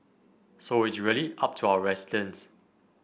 so it's really up to our residents